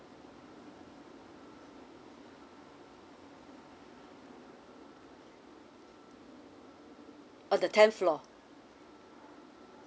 on the tenth floor